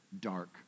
dark